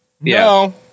no